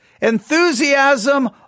enthusiasm